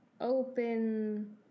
open